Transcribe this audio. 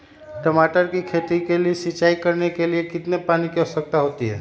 टमाटर की खेती के लिए सिंचाई करने के लिए कितने पानी की आवश्यकता होती है?